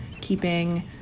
keeping